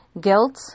guilt